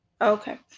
Okay